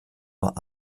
uhr